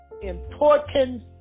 important